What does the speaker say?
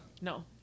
No